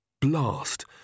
Blast